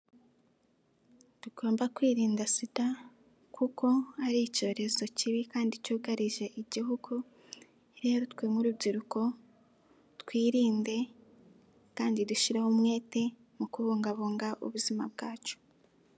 Tugomba kwirinda sida kuko ari icyorezo kibi kandi cyugarije igihugu, rero twe nk'urubyiruko twirinde kandi dushyireho umwete mu kubungabunga ubuzima bwacu.